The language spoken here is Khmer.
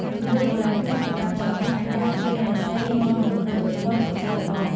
ជំនឿបុរាណខ្មែរប្រកាន់ខ្ជាប់ថា ការជួយអ្នកដទៃនាំមកនូវបុណ្យកុសលល្អ។